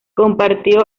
compartió